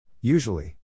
Usually